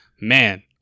man